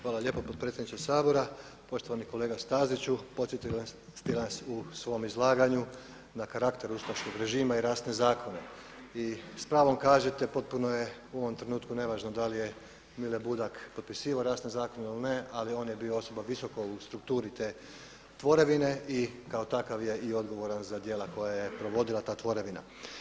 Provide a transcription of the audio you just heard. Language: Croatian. Hvala lijepo potpredsjedniče Sabora, poštovani kolega Staziću podsjetili ste nas u svom izlaganju na karakter ustaškog režima i rasne zakone i s pravom kažete potpuno je u ovom trenutku nevažno da li je Mile Budak potpisivao rasne zakone ili ne, ali on je bio osoba visoko u strukturi te tvorevine i kao takav je i odgovoran za djela koja je provodila ta tvorevina.